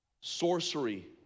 sorcery